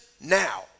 now